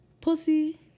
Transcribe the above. Pussy